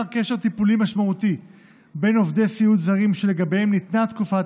קשר טיפולי משמעותי בין עובדי סיעוד זרים שלגביהם ניתנה תקופת